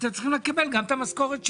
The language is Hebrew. אולי אתם צריכים לקבל גם את המשכורת שלי,